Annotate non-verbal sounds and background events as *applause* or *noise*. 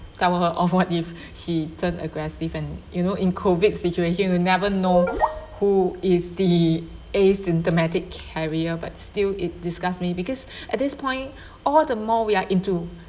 tell her off what if she turned aggressive and you know in COVID situation you never know who is the a symptomatic carrier but still it disgusts me because *breath* at this point all the more we are into